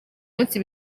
munsi